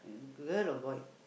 girl or boy